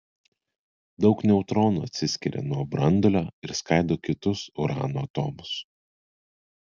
daug neutronų atsiskiria nuo branduolio ir skaido kitus urano atomus